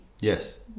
yes